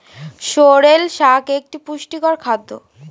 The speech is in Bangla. সোরেল শাক একটি পুষ্টিকর খাদ্য